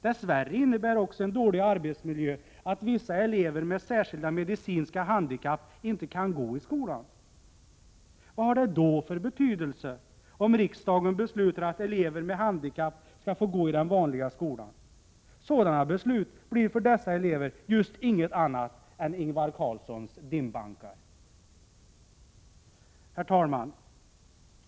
Dess värre innebär också en dålig arbetsmiljö att vissa elever med särskilda medicinska handikapp inte kan gå i skolan. Vad har det då för betydelse om riksdagen beslutar att elever med handikapp skall få gå i den vanliga skolan? Sådana beslut blir för dessa elever just inget annat än Ingvar Carlssons dimbankar. Herr talman!